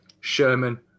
Sherman